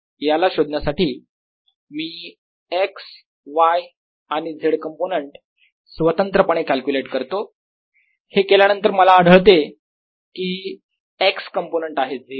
याला शोधण्यासाठी मी x y आणि z कंपोनेंट स्वतंत्रपणे कॅलक्युलेट करतो हे केल्यानंतर मला आढळते की x कंपोनेंट आहे 0